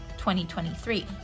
2023